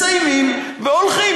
מסיימים והולכים.